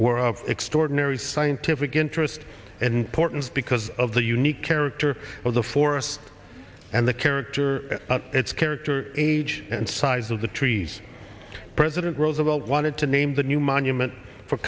were of extraordinary scientific interest and portraits because of the unique character of the forest and the character its character age and size of the trees president roosevelt wanted to name the new monument for